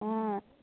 অঁ